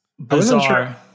Bizarre